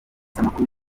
amakuru